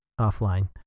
offline